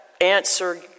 answer